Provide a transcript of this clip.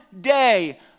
day